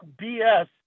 BS